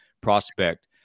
prospect